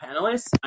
panelists